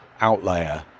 outlier